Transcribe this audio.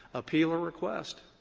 appeal or request.